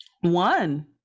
one